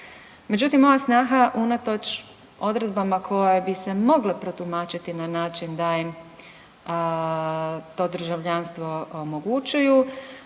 Međutim, moja snaha unatoč odredbama koje bi se mogle protumačiti na način da im to državljanstvo omogućuju